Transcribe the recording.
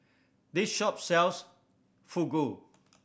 this shop sells Fugu